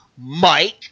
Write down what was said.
Mike